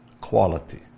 Quality